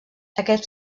aquest